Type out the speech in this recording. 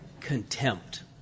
contempt